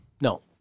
No